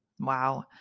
Wow